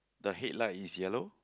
the headlight is yellow